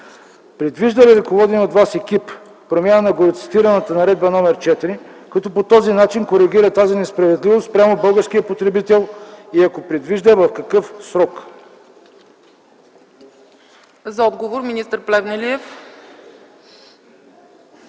предвижда ли ръководеният от Вас екип промяна на горецитираната Наредба № 4, като по този начин коригира тази несправедливост спрямо българския потребител и ако предвижда – в какъв срок?